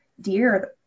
dear